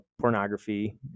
pornography